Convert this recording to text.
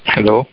Hello